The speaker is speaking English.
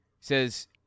Says